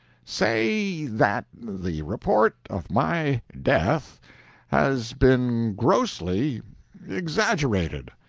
say that the report of my death has been grossly exaggerated,